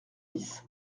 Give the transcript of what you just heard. dix